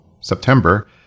September